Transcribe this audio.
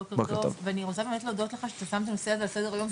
בוקר טוב ואני רוצה באמת להודות לך שאתה שם את הנושא הזה על סדר היום,